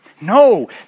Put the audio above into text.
no